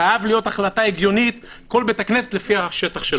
חייבת להיות החלטה הגיונית - כל בית כנסת לפי השטח שלו.